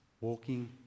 walking